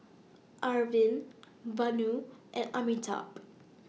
Arvind Vanu and Amitabh